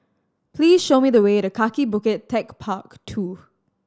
please show me the way to Kaki Bukit Techpark Two